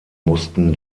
mussten